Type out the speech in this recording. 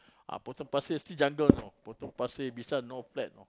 ah Potong Pasir still jungle know Potong Pasir Bishan no flat know